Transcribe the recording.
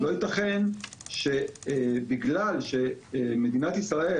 לא ייתכן שבגלל שמדינת ישראל,